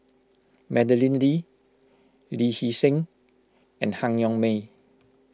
Madeleine Lee Lee Hee Seng and Han Yong May